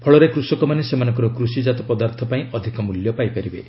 ଫଳରେ କୃଷକମାନେ ସେମାନଙ୍କର କୃଷିକାତ ପଦାର୍ଥପାଇଁ ଅଧିକ ମୂଲ୍ୟ ପାଇପାରିବେ